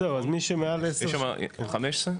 15,